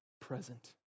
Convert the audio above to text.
present